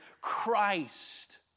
Christ